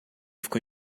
ficou